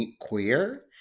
queer